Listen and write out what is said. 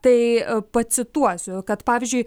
tai pacituosiu kad pavyzdžiui